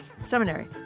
Seminary